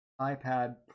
iPad